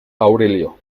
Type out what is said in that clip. aurelio